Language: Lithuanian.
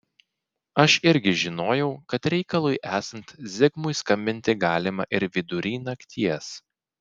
aš irgi žinojau kad reikalui esant zigmui skambinti galima ir vidury nakties